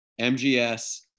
MGS